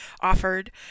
offered